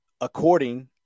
according